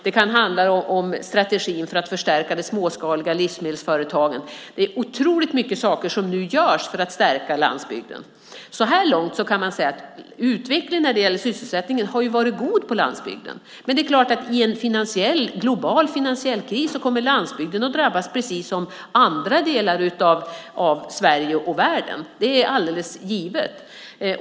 Det kan handla om strategin för att förstärka de småskaliga livsmedelsföretagen. Det är otroligt mycket saker som nu görs för att stärka landsbygden. Så här långt kan man säga att utvecklingen när det gäller sysselsättningen på landsbygden har varit god. Men i en global finansiell kris kommer landsbygden att drabbas, precis som andra delar av Sverige och världen. Det är givet.